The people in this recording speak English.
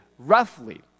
Roughly